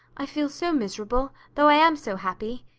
i feel so miserable, though i am so happy.